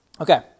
Okay